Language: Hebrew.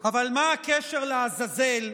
אבל מה הקשר, לעזאזל,